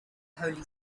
holy